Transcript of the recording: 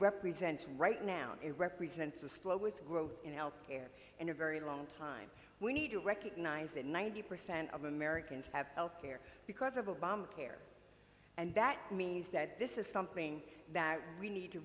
represents right now it represents a slowest growth in health care in a very long time we need to recognize that ninety percent of americans have health care because of obamacare and that means that this is something that we need to